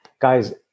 guys